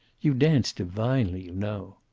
you dance divinely, you know.